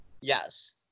Yes